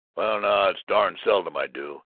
well now, it's darn seldom i do,